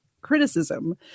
criticism